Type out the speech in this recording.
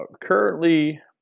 currently